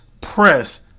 press